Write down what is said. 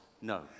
No